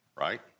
right